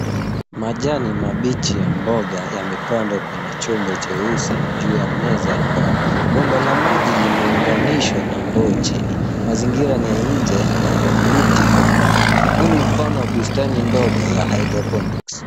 Majani mabichi ya mboga yamepandwa kwenye chombo cheusi juu ya meza ya mbao. Bomba la maji limeunganishwa na ndoo chini. Mazingira ni ya nje na kuna miti kwa mbali. Huu ni mfano wa bustani ndogo ya hydroponics .